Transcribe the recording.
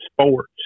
sports